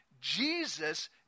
Jesus